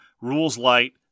rules-light